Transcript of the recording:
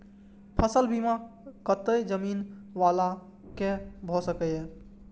फसल बीमा कतेक जमीन वाला के भ सकेया?